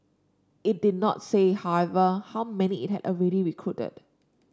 it did not say however how many it had already recruited